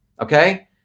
Okay